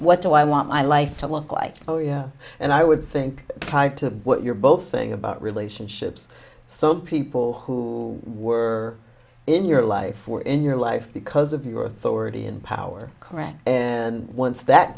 what do i want my life to look like oh yeah and i would think tied to what you're both saying about relationships so people who were in your life or in your life because of your authority and power correct once that